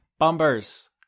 Bumbers